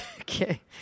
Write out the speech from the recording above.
Okay